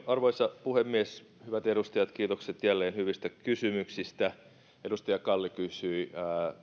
arvoisa puhemies hyvät edustajat kiitokset jälleen hyvistä kysymyksistä edustaja kalli kysyi